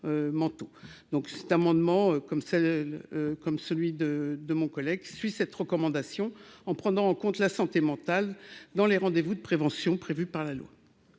comme c'est le comme celui de de mon collègue suit cette recommandation en prenant en compte la santé mentale dans les rendez-vous de prévention prévues par la loi.